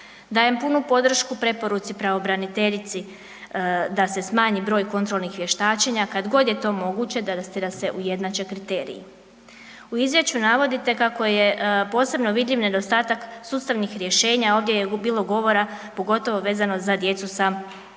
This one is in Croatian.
Dajem punu podršku preporuci pravobraniteljici da se smanji broj kontrolnih vještačenja kad god je to moguće, da se ujednače kriteriji. U izvješću navodite kako je posebno vidljiv nedostatak sustavnih rješenja a ovdje je bilo govora pogotovo vezano za djecu sa oštećenjima